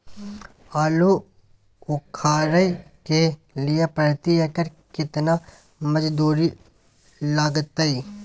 आलू उखारय के लिये प्रति एकर केतना मजदूरी लागते?